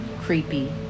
creepy